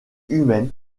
humaines